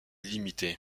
limité